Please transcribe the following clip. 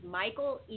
michael